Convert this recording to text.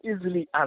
easily